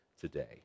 today